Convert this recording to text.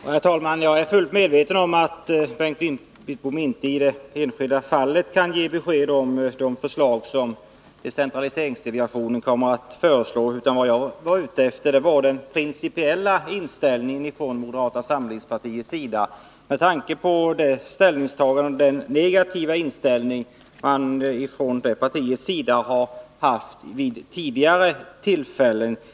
Herr talman! Jag är fullt medveten om att Bengt Wittbom inte i varje enskilt fall kan ge besked om de förslag som decentraliseringsdelegationen kommer att framlägga. Vad jag var ute efter var den principiella inställningen från moderata samlingspartiets sida, med tanke på de negativa ställningstaganden som det partiet vid tidigare tillfällen har gjort.